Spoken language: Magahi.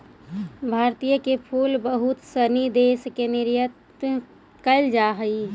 भारत के फूल बहुत सनी देश में निर्यात कैल जा हइ